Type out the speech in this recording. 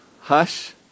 hush